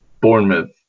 Bournemouth